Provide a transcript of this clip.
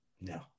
No